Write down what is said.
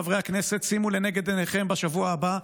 חברי הכנסת: בשבוע הבא,